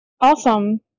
Awesome